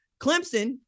Clemson